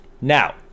now